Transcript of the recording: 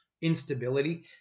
instability